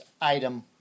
item